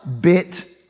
bit